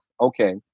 okay